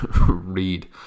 read